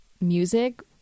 music